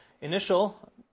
initial